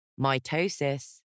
mitosis